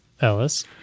Ellis